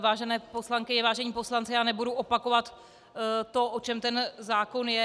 Vážené poslankyně, vážení poslanci, já nebudu opakovat to, o čem ten zákon je.